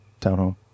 townhome